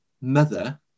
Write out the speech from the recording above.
mother